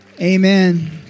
amen